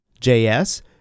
JS